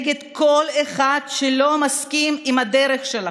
נגד כל אחד שלא מסכים עם הדרך שלכם.